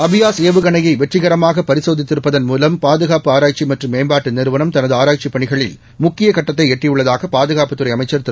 அபியாஸ் வெற்றிகரமாக ஏவுகணையை பரிசோதித்திருப்பதன் மூலம் பாதுகாப்பு ஆராய்ச்சி மற்றும் மேம்பாட்டு நிறுவனம் தனது ஆராய்ச்சிப் பணிகளில் முக்கிய கட்டத்தை எட்டியுள்ளதாக பாதுகாப்புத்துறை அமைச்சர் திரு